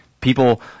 People